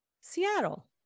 Seattle